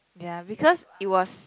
ya because it was